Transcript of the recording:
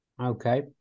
Okay